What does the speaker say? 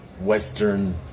Western